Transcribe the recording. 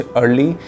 early